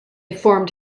formed